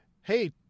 hey